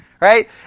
Right